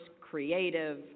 creative